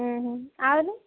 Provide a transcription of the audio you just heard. ହୁଁ ଆହୁରି